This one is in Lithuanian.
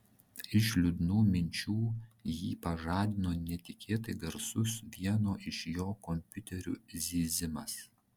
iš liūdnų minčių jį pažadino netikėtai garsus vieno iš jo kompiuterių zyzimas